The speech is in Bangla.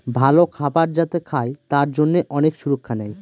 ভালো খাবার যাতে খায় তার জন্যে অনেক সুরক্ষা নেয়